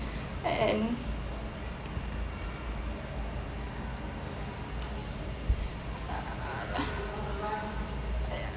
and ah